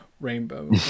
Rainbow